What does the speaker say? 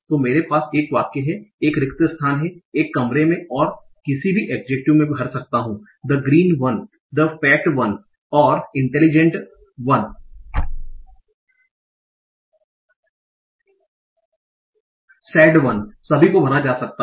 तो मेरे पास यह वाक्य है एक रिक्त स्थान है एक कमरे में और मैं किसी भी एडजेकटिव में भर सकता हूं the green one the fat one और intelligent one intelligent one sad one सभी को भरा जा सकता है